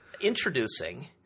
introducing